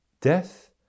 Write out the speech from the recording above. death